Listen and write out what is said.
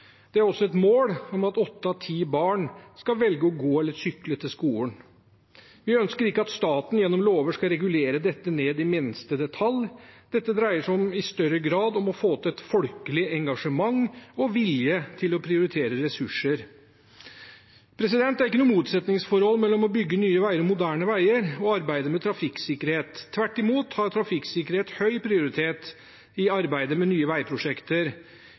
Det er også et mål at åtte av ti barn skal velge å gå eller sykle til skolen. Vi ønsker ikke at staten gjennom lover skal regulere dette ned til minste detalj. Dette dreier seg i større grad om å få til et folkelig engasjement og om vilje til å prioritere ressurser. Det er ikke noe motsetningsforhold mellom å bygge nye og moderne veier og arbeidet med trafikksikkerhet. Tvert imot har trafikksikkerhet høy prioritet i arbeidet med nye veiprosjekter.